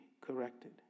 corrected